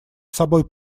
собой